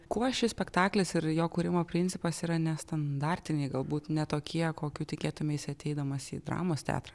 kuo šis spektaklis ir jo kūrimo principas yra nestandartiniai galbūt ne tokie kokių tikėtumeisi ateidamas į dramos teatrą